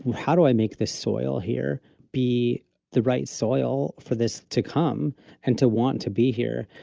how do i make this soil here be the right soil for this to come and to want to be here,